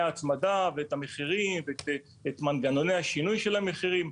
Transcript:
ההצמדה ואת המחירים ואת מנגנוני השינוי של המחירים.